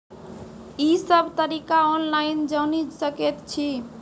ई सब तरीका ऑनलाइन जानि सकैत छी?